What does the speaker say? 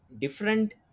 different